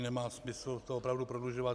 Nemá smysl to opravdu prodlužovat.